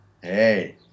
hey